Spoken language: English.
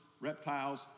reptiles